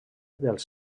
dels